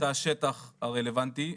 מהתא שטח הרלוונטי.